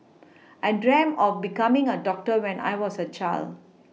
I dreamt of becoming a doctor when I was a child